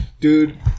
Dude